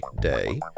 Day